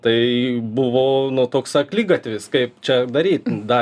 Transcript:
ką tai buvo nu toks akligatvis kaip čia daryt dar